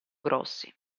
grossi